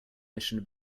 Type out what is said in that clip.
mission